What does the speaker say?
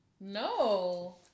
No